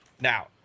Now